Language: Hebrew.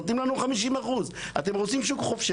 נותנים לנו 50%. אתם רוצים שוק חופשי?